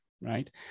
right